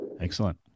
Excellent